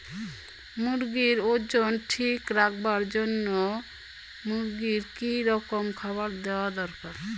মুরগির ওজন ঠিক রাখবার জইন্যে মূর্গিক কি রকম খাবার দেওয়া দরকার?